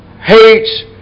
hates